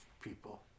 people